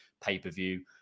pay-per-view